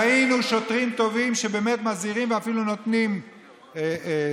ראינו שוטרים טובים שבאמת מזהירים ואפילו נותנים מסכה,